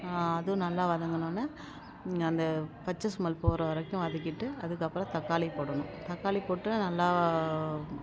அதுவும் நல்லா வதங்குனவொடனே அந்த பச்சை ஸ்மெல் போகிற வரைக்கும் வதக்கிட்டு அதுக்கப்புறம் தக்காளி போடணும் தக்காளி போட்டு நல்லா